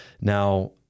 now